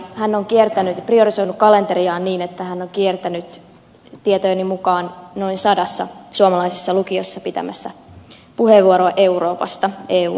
hän on priorisoinut kalenteriaan niin että hän on kiertänyt tietojeni mukaan noin sadassa suomalaisessa lukiossa käyttämässä puheenvuoron euroopasta eu asioista